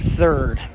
third